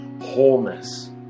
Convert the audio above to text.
wholeness